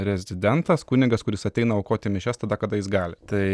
rezidentas kunigas kuris ateina aukoti mišias tada kada jis gali tai